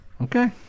Okay